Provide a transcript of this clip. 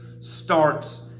starts